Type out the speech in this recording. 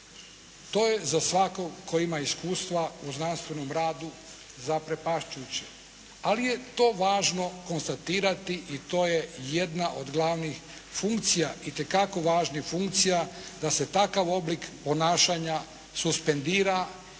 To je za svakog tko ima iskustva u znanstvenom radu zaprepašćujuće. Ali je to važno konstatirati i to je jedna od glavnih funkcija, itekako važnih funkcija da se takav oblik ponašanja suspendira